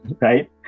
right